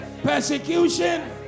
persecution